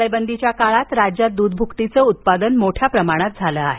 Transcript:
टाळेबदीच्या काळात राज्यात दूधभुकटीचे उत्पादन मोठ्या प्रमाणात झाले आहे